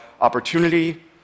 opportunity